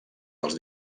dels